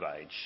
age